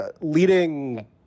leading